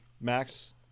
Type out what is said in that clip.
Max